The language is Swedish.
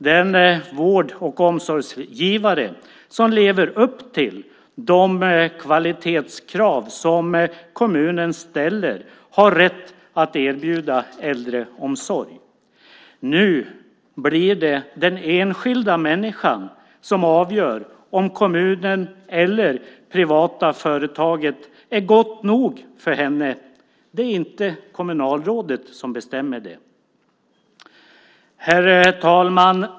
Den vård och omsorgsgivare som lever upp till de kvalitetskrav som kommunen ställer har rätt att erbjuda äldreomsorg. Nu blir det den enskilda människan som avgör om kommunen eller det privata företaget är gott nog för henne. Det är inte kommunalrådet som bestämmer det. Herr talman!